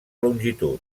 longitud